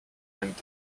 and